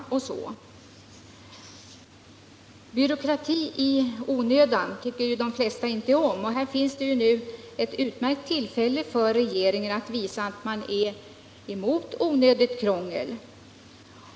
Byråkrati i onödan tycker de flesta inte om. Här är det nu ett utmärkt tillfälle för regeringen att visa att man är emot onödigt krångel.